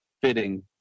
Fitting